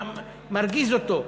מרגיז אותו,